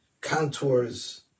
contours